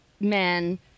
men